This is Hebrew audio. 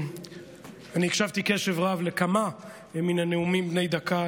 אני הקשבתי קשב רב לכמה מן הנאומים בני דקה.